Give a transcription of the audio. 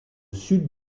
sud